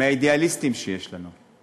מהאידיאליסטים שיש לנו.